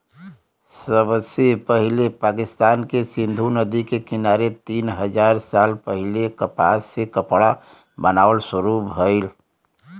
सबसे पहिले पाकिस्तान के सिंधु नदी के किनारे तीन हजार साल पहिले कपास से कपड़ा बनावल शुरू भइल